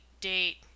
date